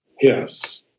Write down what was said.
Yes